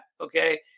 Okay